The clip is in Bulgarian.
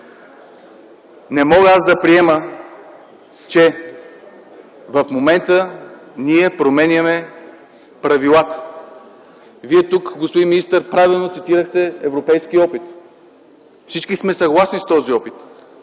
Не мога да приема, че в момента променяме правилата. Вие, господин министър, правилно цитирахте европейския опит. Всички сме съгласни с този опит.